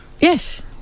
yes